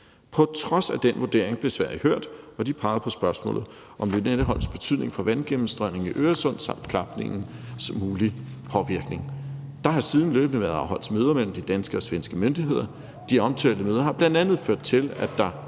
På trods af den vurdering blev Sverige hørt, og de pegede på spørgsmålet om Lynetteholms betydning for vandgennemstrømningen i Øresund samt klapningens mulige påvirkning. Der har siden løbende været afholdt møder mellem de danske og svenske myndigheder. De omtalte møder har bl.a. ført til, at der